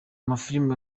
mafilime